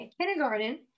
kindergarten